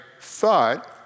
thought